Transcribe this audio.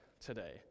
today